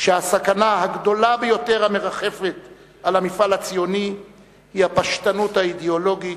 שהסכנה הגדולה ביותר המרחפת על המפעל הציוני היא הפשטנות האידיאולוגית,